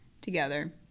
together